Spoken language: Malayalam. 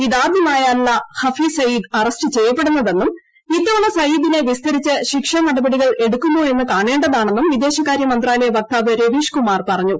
ഇതാദ്യമായല്ല ഹഫീസ് സയീദ് അറസ്റ്റ് ചെയ്യപ്പെടുന്നതെന്നും ഇത്തവണ സയീദിനെ വിസ്തരിച്ച് ശിക്ഷാനടപടികളെടുക്കുമോ എന്ന് കാണേണ്ടതാണെന്നും വിദേശകാര്യ മന്ത്രാലയ വക്താവ് രവീഷ്കുമാർ പറഞ്ഞു